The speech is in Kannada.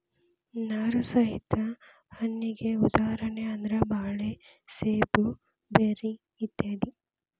ನಾರು ಸಹಿತ ಹಣ್ಣಿಗೆ ಉದಾಹರಣೆ ಅಂದ್ರ ಬಾಳೆ ಸೇಬು ಬೆರ್ರಿ ಇತ್ಯಾದಿ